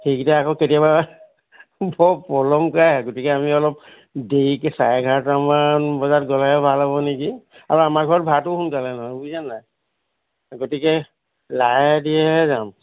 সেইকেইটা আকৌ কেতিয়াবা বৰ পলমকৈ আহে গতিকে আমি অলপ দেৰিকৈ চাৰে এঘাৰটামান বজাত গ'লেহে ভাল হ'ব নেকি আৰু আমাৰ ঘৰত ভাতো সোনকালে নহয় বুইছা নাই গতিকে লাহে ধীৰেহে যাম